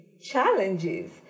challenges